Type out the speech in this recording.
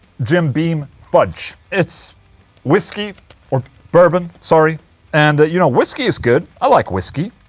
jim beam fudge it's whisky or bourbon, sorry and you know, whisky is good. i like whisky,